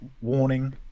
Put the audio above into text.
Warning